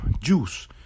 juice